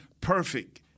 perfect